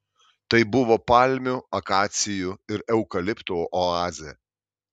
tai buvo palmių akacijų ir eukaliptų oazė